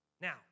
Now